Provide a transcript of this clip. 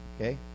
okay